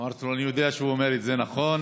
אמרתי לו: אני יודע שהוא אומר את זה נכון.